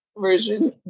version